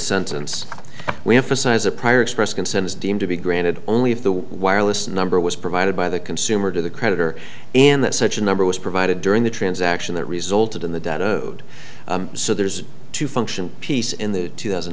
sentence we have for size a prior express consent is deemed to be granted only if the wireless number was provided by the consumer to the creditor and that such a number was provided during the transaction that resulted in the debt owed so there is to function peace in the two thousand